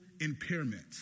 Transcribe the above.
impairment